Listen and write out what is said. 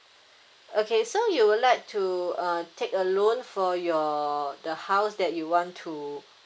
okay so you would like to uh take a loan for your the house that you want to